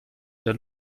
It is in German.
der